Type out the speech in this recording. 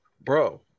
Bro